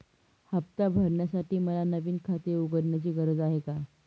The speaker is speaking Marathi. हफ्ता भरण्यासाठी मला नवीन खाते उघडण्याची गरज आहे का?